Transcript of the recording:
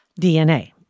DNA